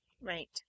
Right